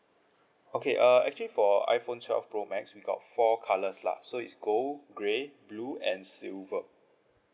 okay uh actually for iphone twelve pro max we got four colours lah so it's gold grey blue and silver